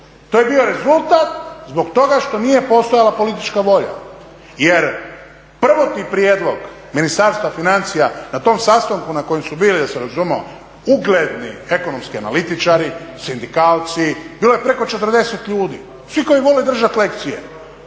To je bio rezultat zbog toga što nije postojala politička volja. Jer, prvotni prijedlog Ministarstva financija na tom sastanku na kojem su bili da se razumijemo ugledni ekonomski analitičari, sindikalci, bilo je preko 40 ljudi, svi koji vole držati lekcije,